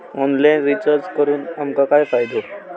Online recharge करून आमका काय फायदो?